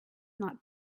not